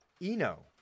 Eno